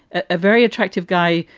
a very attractive guy,